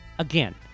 Again